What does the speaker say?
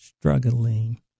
struggling